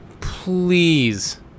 please